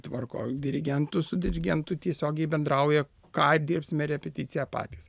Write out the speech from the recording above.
tvarko dirigentu su dirigentu tiesiogiai bendrauja ką dirbsime repeticija patys